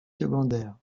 secondaires